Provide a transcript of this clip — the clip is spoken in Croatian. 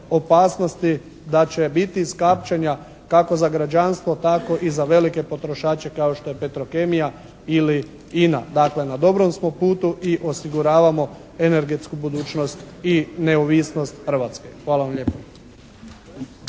opasnosti da će biti iskapčanja kako za građanstvo tako i za velike potrošače kao što je Petrokemija ili INA. Dakle na dobrom smo putu i osiguravamo energetsku budućnost i neovisnost Hrvatske. Hvala vam lijepo.